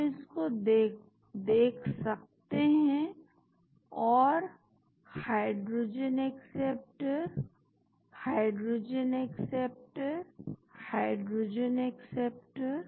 हम इसको देख सकते हैं और hydrogen acceptor hydrogen acceptor hydrogen acceptor